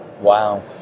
Wow